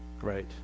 Right